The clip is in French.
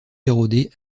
érodé